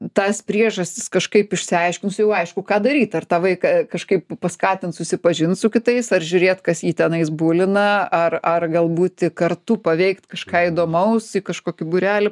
tas priežastis kažkaip išsiaiškinus jau aišku ką daryt ar tą vaiką kažkaip paskatint susipažint su kitais ar žiūrėt kas jį tenais bulina ar ar gal būti kartu paveikt kažką įdomaus į kažkokį būrelį